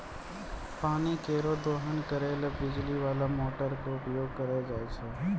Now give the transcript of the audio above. पानी केरो दोहन करै ल बिजली बाला मोटर क उपयोग होय छै